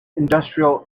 industrial